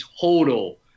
total